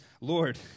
Lord